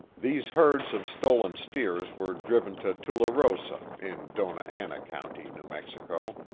these herds of stolen steers were driven to tularosa, in dona ana county, new mexico,